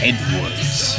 Edwards